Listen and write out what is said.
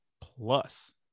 Plus